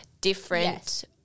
different